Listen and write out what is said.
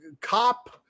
cop